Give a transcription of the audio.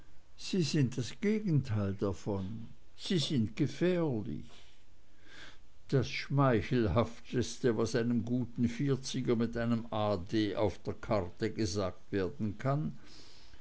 sie sind das gegenteil davon sie sind gefährlich das schmeichelhafteste was einem guten vierziger mit einem a d auf der karte gesagt werden kann